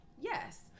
Yes